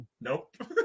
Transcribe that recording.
Nope